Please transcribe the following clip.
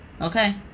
okay